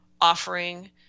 offering